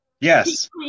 Yes